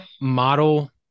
model